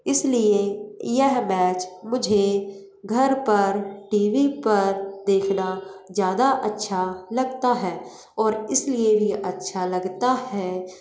इसलिए यह मैच मुझे घर पर टी वी पर देखना ज़्यादा अच्छा लगता है और इसलिए भी अच्छा लगता है